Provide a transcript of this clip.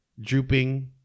drooping